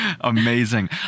Amazing